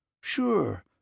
Sure